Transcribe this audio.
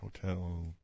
hotel